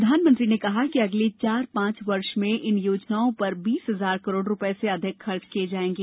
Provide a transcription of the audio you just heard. प्रधानमंत्री ने कहा कि अगले चार पांच वर्ष में इन योजनाओं पर बीस हजार करोड़ रूपये से अधिक खर्च किये जायेंगे